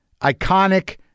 iconic